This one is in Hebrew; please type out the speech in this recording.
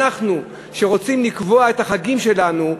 כשאנחנו רוצים לקבוע את החגים שלנו,